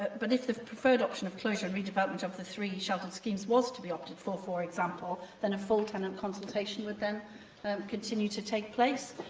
but, if the preferred option of closure and redevelopment of the three sheltered schemes was to be opted for, for example, then a full tenant consultation would then continue to take place.